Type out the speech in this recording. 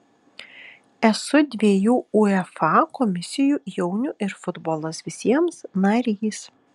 esu dviejų uefa komisijų jaunių ir futbolas visiems narys